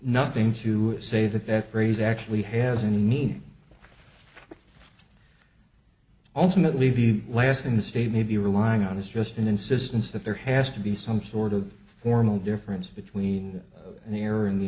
nothing to say that that phrase actually has any meaning ultimately the last in the state may be relying on is just an insistence that there has to be some sort of formal difference between an error in the